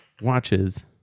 watches